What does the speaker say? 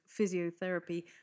physiotherapy